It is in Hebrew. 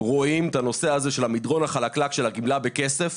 רואים את נושא המדרון החלקלק של הגמלה בכסף